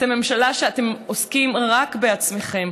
אתם ממשלה, אתם עוסקים רק בעצמכם.